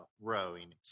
rowing